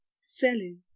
Selling